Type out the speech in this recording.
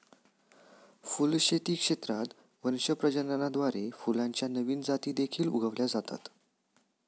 फुलशेती क्षेत्रात वंश प्रजननाद्वारे फुलांच्या नवीन जाती देखील उगवल्या जातात